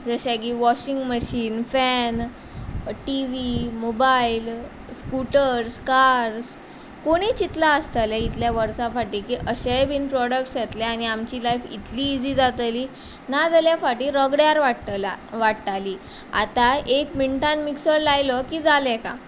जशें की washing machine fan T V mobile scooters cars कोणी चिंतलां आसतलें इतल्या वर्सा फाटीं की अशेंय बीन प्रॉडक्ट्स येतले आनी आमची लायफ इतली इजी जातली नाजाल्या फाटीं रगड्यार वाट्टला वाट्टालीं आतांय एक मिण्टान मिक्सर लायलो की जालें काम